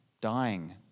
Dying